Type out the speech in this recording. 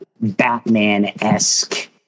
batman-esque